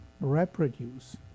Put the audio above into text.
reproduce